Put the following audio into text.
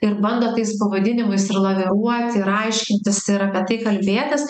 ir bando tais pavadinimais ir laviruoti ir aiškintis ir apie tai kalbėtis